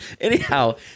Anyhow